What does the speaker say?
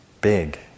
big